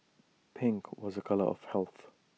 pink was A colour of health